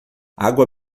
água